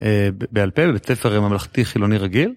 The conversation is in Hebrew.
אהה... בע"פ, ובבית-ספר ממלכתי-חילוני רגיל.